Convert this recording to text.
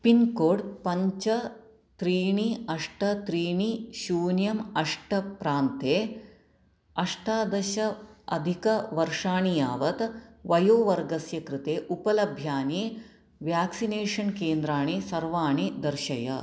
PIN code पञ्च त्रीणि अष्ट त्रीणि शून्यम् अष्ट प्रान्ते अष्टादश अधिकवर्षाणि यावत् वयोवर्गस्य कृते उपलभ्यानि वेक्सिनेशन् केन्द्राणि सर्वाणि दर्शय